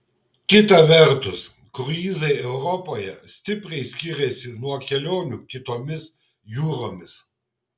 kita vertus kruizai europoje stipriai skiriasi nuo kelionių kitomis jūromis